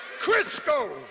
Crisco